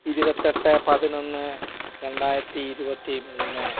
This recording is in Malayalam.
ഇരുപത്തിയെട്ട് പതിനൊന്ന് രണ്ടായിരത്തി ഇരുപത്തി മൂന്ന്